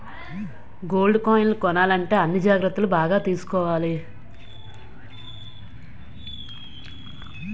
gold కాయిన్లు కొనాలంటే అన్ని జాగ్రత్తలు బాగా తీసుకోవాలి